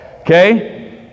okay